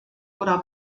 oder